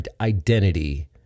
identity